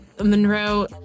Monroe